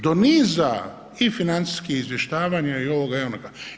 Do niza i financijskih izvještavanja i ovoga i onoga.